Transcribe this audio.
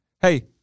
hey